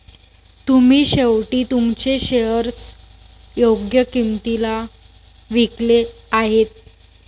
तुम्ही शेवटी तुमचे शेअर्स योग्य किंमतीला विकले आहेत